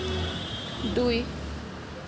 দুই